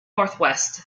northwest